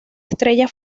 estrella